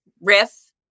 Riff